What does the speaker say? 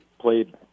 played